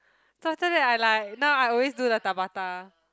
so after that I like now I always do the Tabata